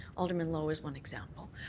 alderman lowe is one example.